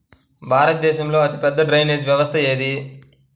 భారతదేశంలో అతిపెద్ద డ్రైనేజీ వ్యవస్థ ఏది?